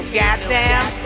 goddamn